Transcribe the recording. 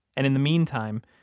and in the meantime,